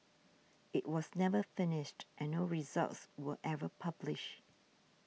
it was never finished and no results were ever published